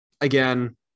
Again